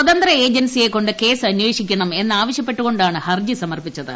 സ്വതന്ത്ര ഏജൻസിയെക്കൊണ്ട് കേസ് അന്വേഷിക്കണം എന്നാവശ്യപ്പെട്ടുകൊണ്ടാണ് ഹർജി സമർപ്പിച്ചത്